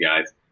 guys